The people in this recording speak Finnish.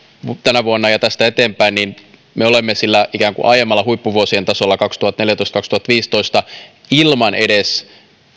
tänä vuonna ja tästä eteenpäin me olemme sillä ikään kuin aiemmalla huippuvuosien tasolla kaksituhattaneljätoista viiva kaksituhattaviisitoista ilman edes